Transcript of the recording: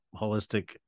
holistic